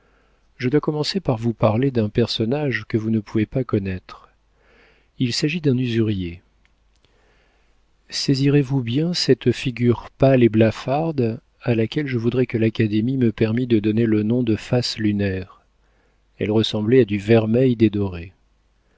je dois commencer par vous parler d'un personnage que vous ne pouvez pas connaître il s'agit d'un usurier saisirez vous bien cette figure pâle et blafarde à laquelle je voudrais que l'académie me permît de donner le nom de face lunaire elle ressemblait à du vermeil dédoré les